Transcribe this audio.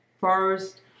first